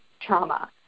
trauma